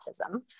autism